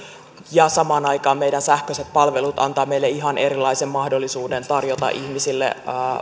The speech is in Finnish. ja samaan aikaan meidän sähköiset palvelut antavat meille ihan erilaisen mahdollisuuden tarjota ihmisille